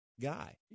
guy